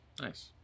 Nice